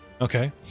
okay